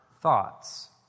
thoughts